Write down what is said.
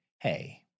hey